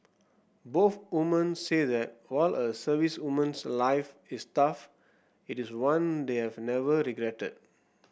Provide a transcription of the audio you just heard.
both woman said that while a servicewoman's life is tough it is one they have never regretted